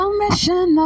mission